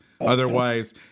Otherwise